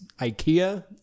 Ikea